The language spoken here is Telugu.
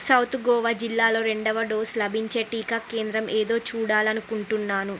సౌత్ గోవా జిల్లాలో రెండవ డోసు లభించే టీకా కేంద్రం ఏదో చూడాలనుకుంటున్నాను